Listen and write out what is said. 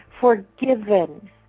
forgiven